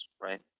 right